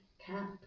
CAP